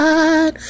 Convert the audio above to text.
God